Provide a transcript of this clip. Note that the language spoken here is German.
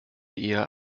eher